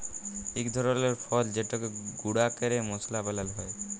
ইক ধরলের ফল যেটকে গুঁড়া ক্যরে মশলা বালাল হ্যয়